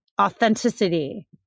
authenticity